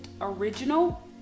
Original